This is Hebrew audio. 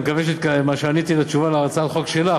אני מקווה שמה שעניתי הוא תשובה להצעת החוק שלך,